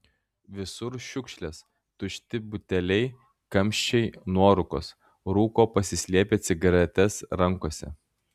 visur šiukšlės tušti buteliai kamščiai nuorūkos rūko pasislėpę cigaretes rankose